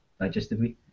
digestively